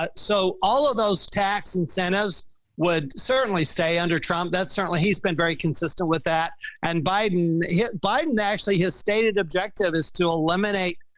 but so all of those tax incentives would certainly stay under trump. that's certainly, he's been very consistent with that and biden yeah biden actually his stated objective is to eliminate,